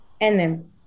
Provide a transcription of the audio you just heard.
Nm